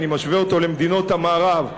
אני משווה אותו למדינות המערב,